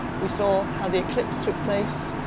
we saw how the eclipse took place.